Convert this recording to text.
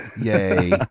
Yay